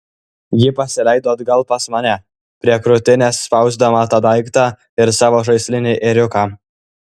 ji pasileido atgal pas mane prie krūtinės spausdama tą daiktą ir savo žaislinį ėriuką